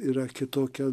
yra kitokia